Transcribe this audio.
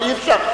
אבל אי-אפשר.